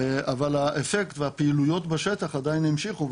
אבל האפקט והפעילויות בשטח עדיין המשיכו,